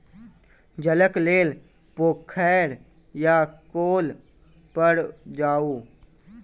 जलक लेल पोखैर या कौल पर जाऊ